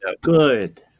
good